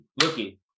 looky